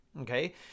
Okay